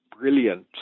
brilliant